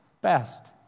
best